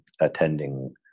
attending